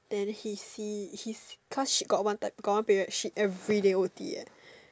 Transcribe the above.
then he see he cause she got one time got one period she everyday O_T eh